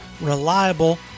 reliable